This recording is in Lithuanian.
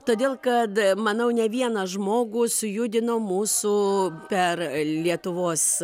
todėl kad manau ne vieną žmogų sujudino mūsų per lietuvos